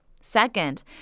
Second